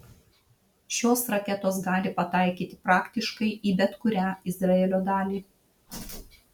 šios raketos gali pataikyti praktiškai į bet kurią izraelio dalį